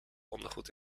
ondergoed